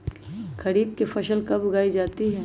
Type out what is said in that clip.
खरीफ की फसल कब उगाई जाती है?